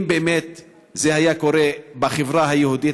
אם באמת זה היה קורה בחברה היהודית,